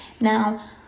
Now